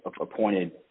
appointed